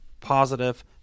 positive